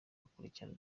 bakurikirana